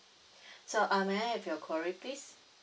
so um may I have your query please